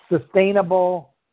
sustainable